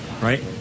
right